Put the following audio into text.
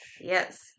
Yes